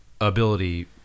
ability